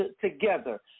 together